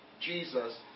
Jesus